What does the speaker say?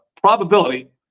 probability